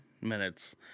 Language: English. minutes